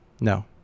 No